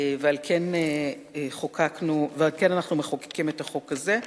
ועל כן אנחנו מחוקקים את החוק הזה,